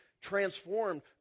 transformed